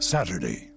Saturday